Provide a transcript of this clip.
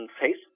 face